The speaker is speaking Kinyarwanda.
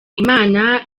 imana